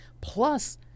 plus